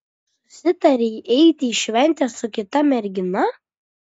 susitarei eiti į šventę su kita mergina